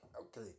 Okay